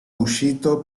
uscito